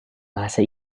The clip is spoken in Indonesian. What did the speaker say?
bahasa